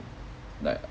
like